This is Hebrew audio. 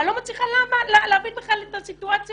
אני לא מצליחה בכלל להבין את הסיטואציה